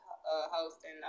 hosting